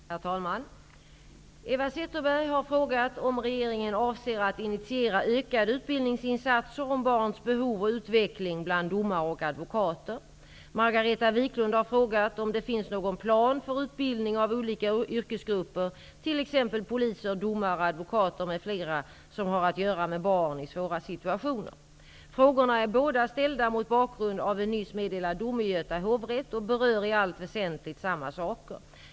Herr talman! Eva Zetterberg har frågat om regeringen avser att initiera ökade utbildningsinsatser om barns behov och utveckling bland domare och advokater. Margareta Viklund har frågat om det finns någon plan för utbildning av olika yrkesgrupper, t.ex. poliser, domare och advokater som har att göra med barn i svåra situationer. Frågorna är båda ställda mot bakgrund av en nyss meddelad dom i Göta hovrätt och berör i allt väsentligt samma saker.